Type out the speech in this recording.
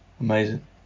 amazing